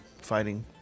fighting